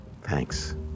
Thanks